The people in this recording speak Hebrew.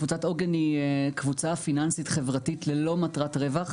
קבוצת עוגן היא קבוצה פיננסית חברתית ללא מטרת רווח